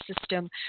system